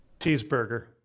Cheeseburger